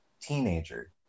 teenager